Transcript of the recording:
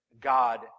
God